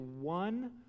one